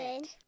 Good